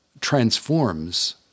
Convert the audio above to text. transforms